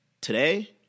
today